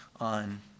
on